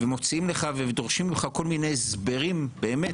שדורשים ממך כול מיני הסברים באמת,